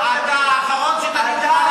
עוד שר מצוין,